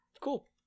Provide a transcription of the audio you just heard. Cool